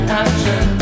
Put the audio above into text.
action